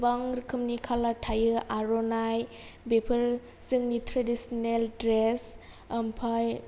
गोबां रोखोमनि कालार थायो आर'नाय बेफोर जोंनि ट्रेडिसनेल ड्रेस ओमफ्राय